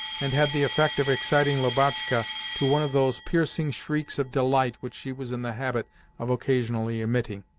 and had the effect of exciting lubotshka to one of those piercing shrieks of delight which she was in the habit of occasionally emitting.